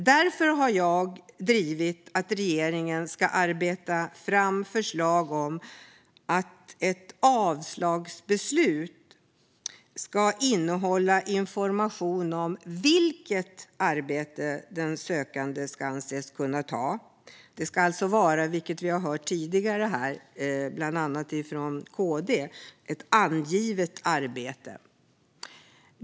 Därför har jag drivit på för att regeringen ska arbeta fram förslag om att ett avslagsbeslut ska innehålla information om vilket arbete den sökande anses kunna ta. Som vi har hört tidigare från KD ska det vara ett angivet arbete.